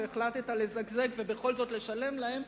שהחלטת לזגזג ובכל זאת לשלם להם,